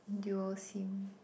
dual Sim